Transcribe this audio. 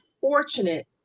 fortunate